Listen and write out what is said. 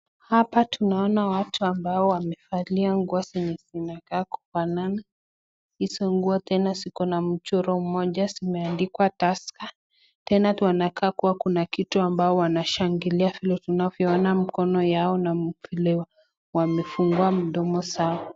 Hapa tunaona watu ambao wamevalia nguo zenye zinakaa kufanana, hizo nguo tena ziko na mchoro moja ,zimeandikwa Tusker, tena kunakaa kuwa kuna kitu ambao wanashangilia tunavyoona mikono yao na vile wamefungua mdomo zao.